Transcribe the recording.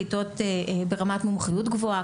כיתות ברמת מומחיות גבוהה,